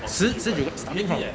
十十九 start from